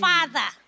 Father